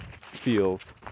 feels